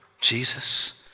Jesus